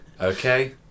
Okay